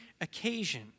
occasion